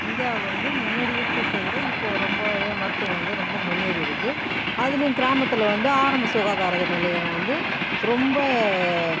இந்தியாவில் வந்து முன்னாடி இருந்ததை விட இப்போ ரொம்பவே மருத்துவம் வந்து ரொம்ப முன்னேறி இருக்குது அதுலேயும் கிராமத்தில் வந்து ஆரம்ப சுகாதார நிலையம் வந்து ரொம்ப